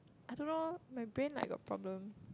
I don't know my brain like got problem